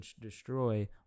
destroy